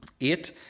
Eight